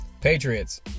Patriots